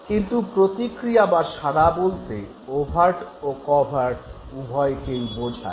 কিন্তু প্রতিক্রিয়া বা সাড়া বলতে ওভার্ট ও কভার্ট উভয়কেই বোঝায়